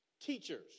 Teachers